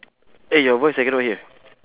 eh your voice I cannot hear